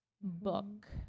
book